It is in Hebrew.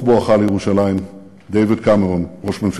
עכשיו, אתה צריך להבין